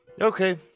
Okay